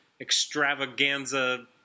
extravaganza